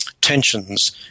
tensions